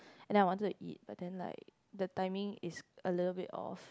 and then I wanted to it but then like the timing is a little bit off